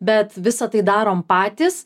bet visa tai darom patys